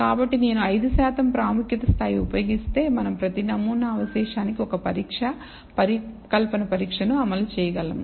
కాబట్టి నేను 5 శాతం ప్రాముఖ్యత స్థాయి ఉపయోగిస్తే మనం ప్రతి నమూనా అవశేషానికి ఒక పరీక్ష పరికల్పన పరీక్షను అమలు చేయగలము